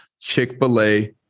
chick-fil-a